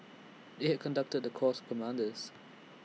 they had conducted the course commanders